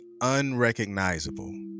unrecognizable